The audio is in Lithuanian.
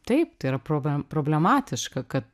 taip tai yra proble problematiška kad